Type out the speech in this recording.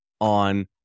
on